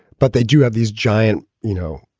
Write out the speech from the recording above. but they do have these giant, you know,